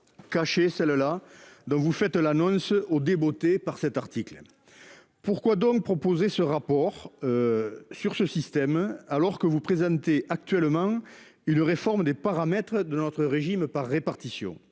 cachée celle-là, dont vous faites l'annonce, au débotté, par cet article. Pourquoi donc proposer ce rapport sur le système par points, alors que vous présentez actuellement une réforme des paramètres de notre régime par répartition ?